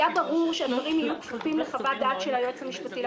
היה ברור שהדברים יהיו כפופים לחוות דעת של היועץ המשפטי לכנסת.